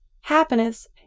happiness